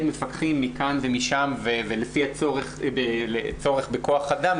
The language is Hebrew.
מפקחים מכאן ומשם לפי הצורך בכוח אדם.